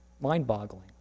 Mind-boggling